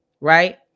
Right